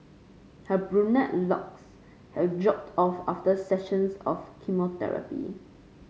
her brunette locks have dropped off after sessions of chemotherapy